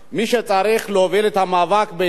מי שצריך להוביל את המאבק באירן,